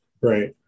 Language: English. Right